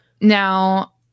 Now